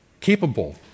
capable